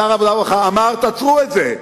שר העבודה והרווחה אמר: תעצרו את זה,